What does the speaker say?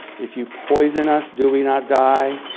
if you poison us, do we not die?